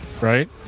Right